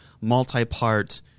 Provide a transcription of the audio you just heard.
multi-part